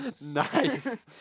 Nice